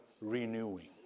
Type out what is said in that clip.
renewing